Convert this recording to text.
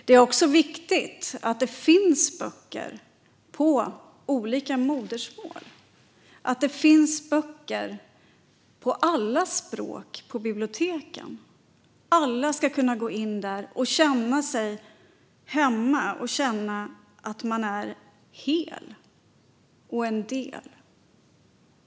Det är också viktigt att det finns böcker på olika modersmål, att det finns böcker på alla språk på biblioteken. Alla ska kunna gå in där och känna sig hemma och känna att man är både hel och en del.